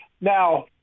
Now